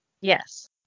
Yes